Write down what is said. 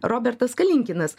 robertas kalinkinas